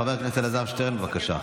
חבר הכנסת אלעזר שטרן, בבקשה.